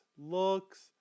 looks